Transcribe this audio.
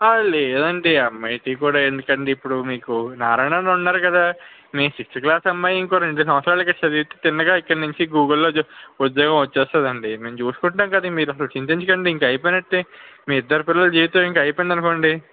ఆ లేదండి ఎంఐటి కూడా ఎందుకు అండి ఇప్పుడు మీకు నారాయణలో ఉన్నారు కదా మీ సిక్స్త్ క్లాస్ అమ్మాయి ఇంకొక రెండు సంవత్సరాలు ఇక్కడ చదివితే తిన్నగా ఇక్కడ నుంచి గూగుల్లో ఉద్యోగం వచ్చేస్తుంది అండి మేము చూసుకుంటాం కదా మీరు అసలు చింతించకండి ఇంకా అయిపోయినట్టే మీ ఇద్దరి పిల్లల జీవితం ఇంకా అయిపోయింది అనుకోండి